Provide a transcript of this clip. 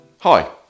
Hi